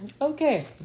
Okay